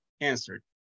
answered